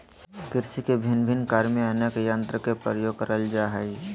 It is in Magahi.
कृषि के भिन्न भिन्न कार्य में अनेक यंत्र के प्रयोग करल जा हई